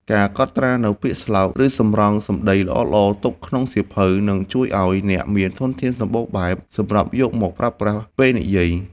ការកត់ត្រានូវពាក្យស្លោក ឬសម្រង់សម្ដីល្អៗទុកក្នុងសៀវភៅ នឹងជួយឱ្យអ្នកមានធនធានសម្បូរបែបសម្រាប់យកមកប្រើប្រាស់ពេលនិយាយ។